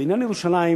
ועניין ירושלים